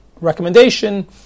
recommendation